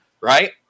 Right